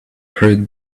hurried